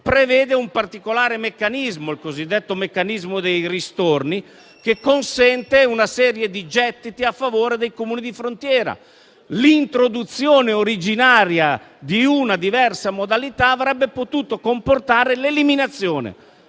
prevede un particolare meccanismo, il cosiddetto meccanismo dei ristorni, che consente una serie di gettiti a favore dei Comuni di frontiera. L'introduzione originaria di una diversa modalità avrebbe potuto comportare l'eliminazione